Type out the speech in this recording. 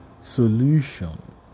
solution